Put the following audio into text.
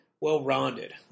well-rounded